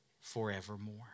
forevermore